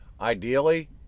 Ideally